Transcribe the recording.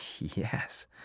Yes